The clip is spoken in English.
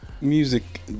music